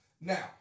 Now